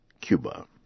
Cuba